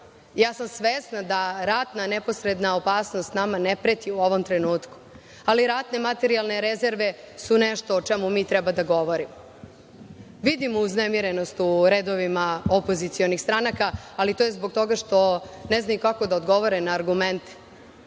Ja sam svesna da ratna neposredna opasnost nama ne preti u ovom trenutku, ali ratne materijalne rezerve su nešto o čemu mi treba da govorimo. Vidim uznemirenost u redovima opozicionih stranaka, ali to je zbog toga što ne znaju kako da odgovore na argumente.